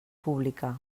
pública